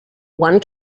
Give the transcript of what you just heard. one